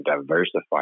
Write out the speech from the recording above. diversify